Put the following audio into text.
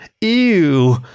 Ew